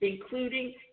including